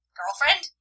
Girlfriend